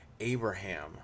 Abraham